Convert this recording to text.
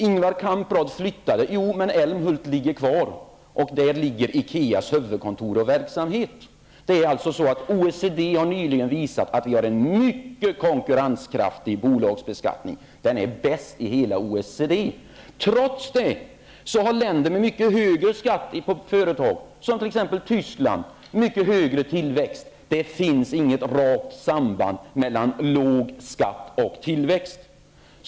Ingvar Kamprad flyttade, men Älmhult ligger kvar, och där ligger IKEA:s huvudkontor och verksamhet. OECD har nyligen visat att vi har en mycket konkurrenskraftig bolagsbeskattning. Den är bäst i hela OECD. Trots det har länder med mycket högre skatt på företag, som t.ex. Tyskland, mycket högre tillväxt. Det finns inget rakt samband mellan låg skatt och tillväxt.